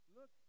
Look